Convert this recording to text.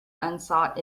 unsought